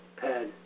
pad